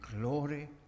glory